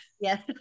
yes